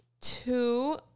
Two